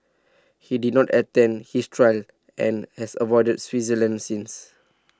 he did not attend his trial and has avoided Switzerland since